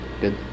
Good